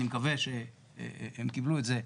אני מקווה שהם קיבלו את זה.